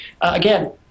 again